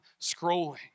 scrolling